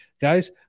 guys